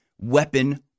weapon